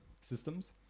Systems